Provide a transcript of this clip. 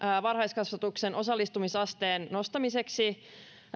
varhaiskasvatuksen osallistumisasteen nostamiseksi